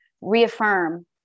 reaffirm